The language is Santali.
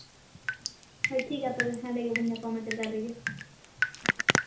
ᱦᱳᱭ ᱴᱷᱤᱠ ᱜᱮᱭᱟ ᱛᱚᱵᱮ ᱦᱟᱸᱰᱮ ᱜᱮᱵᱚᱱ ᱧᱟᱯᱟᱢᱟ ᱴᱮᱞᱟᱨ ᱨᱮᱜᱮ